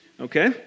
Okay